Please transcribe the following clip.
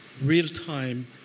real-time